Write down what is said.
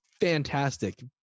fantastic